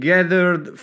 Gathered